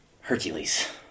Hercules